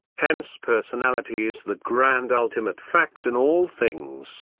hence personality is the grand ultimate fact in all things.